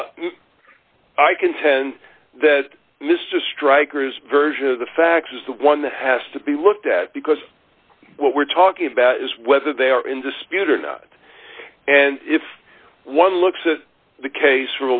judgment i contend that mr striker's version of the facts is the one that has to be looked at because what we're talking about is whether they are in dispute or not and if one looks at the case